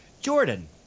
Jordan